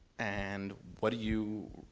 and whadda you,